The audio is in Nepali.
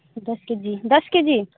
दस केजी दस केजी